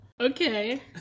Okay